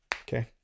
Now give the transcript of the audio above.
Okay